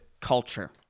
culture